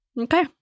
Okay